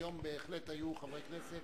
היום בהחלט הגיעו חברי כנסת,